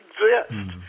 exist